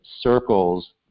circles